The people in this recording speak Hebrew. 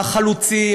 על החלוצים,